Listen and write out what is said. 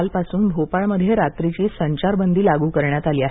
कालपासून भोपाळमध्ये रात्रीची संचारबंदी लागू करण्यात आली आहे